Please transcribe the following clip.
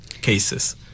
cases